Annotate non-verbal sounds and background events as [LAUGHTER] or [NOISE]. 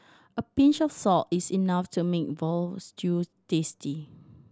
a pinch of salt is enough to make [UNINTELLIGIBLE] stew tasty